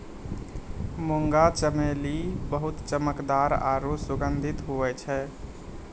मुंगा चमेली बहुत चमकदार आरु सुगंधित हुवै छै